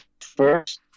first